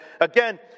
again